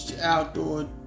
Outdoor